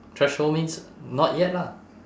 threshold means not yet lah